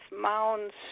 mounds